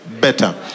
better